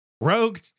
rogue